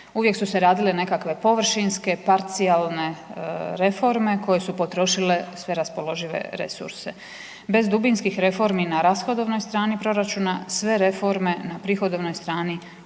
Uvijek su se radile nekakve površinske, parcijalne reforme koje su potrošile sve raspoložive resurse. Bez dubinskih reformi na rashodovnoj strani proračuna, sve reforme na prihodovnoj strani ostaju